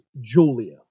Julia